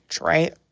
right